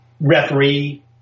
referee